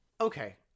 Okay